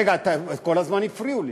רגע, כל הזמן הפריעו לי.